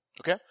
Okay